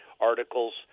articles